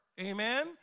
Amen